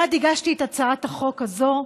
מייד הגשתי את הצעת החוק הזאת,